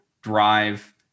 drive